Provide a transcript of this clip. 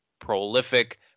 prolific